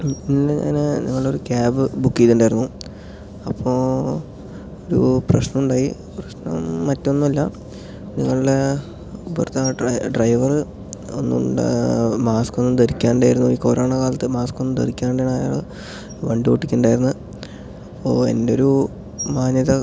ഇന്ന് ഞാൻ നിങ്ങളെ ഒരു ക്യാബ് ബുക്ക് ചെയ്തിട്ടുണ്ടായിരുന്നു അപ്പോൾ ഒരു പ്രശ്നം ഉണ്ടായി പ്രശ്നം മറ്റൊന്നും അല്ല നിങ്ങളുടെ ഭർത്താവ് ഡ്രൈവറ് ഒന്ന് ഉണ്ട് മാസ്ക്ക് ഒന്നും ധരിക്കാണ്ട് ആയിരുന്നു ഈ കൊറോണക്കാലത്ത് മാസ്ക്ക് ഒന്നും ധരിക്കാണ്ട് ആണ് അയാൾ വണ്ടി ഓടിക്കുന്നുണ്ടായിരുന്നത് അപ്പോൾ എൻ്റെ ഒരു മാന്യത